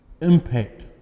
impact